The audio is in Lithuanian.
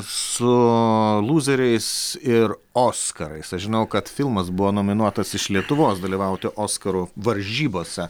su lūzeriais ir oskarais aš žinau kad filmas buvo nominuotas iš lietuvos dalyvauti oskarų varžybose